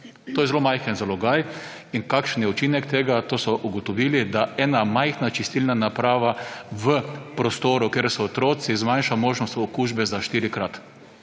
To je zelo majhen zalogaj. Kakšen je učinek tega so ugotovili, da ena majhna čistilna naprava v prostoru, kjer so otroci, je manjša možnost okužbe za štirikrat.